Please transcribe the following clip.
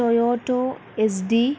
Toyota S D